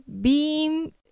Beam